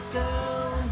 down